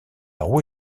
roue